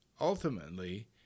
ultimately